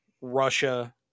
Russia